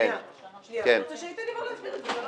אני רוצה שאיתן יבוא להסביר את זה.